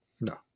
No